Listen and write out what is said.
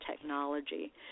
technology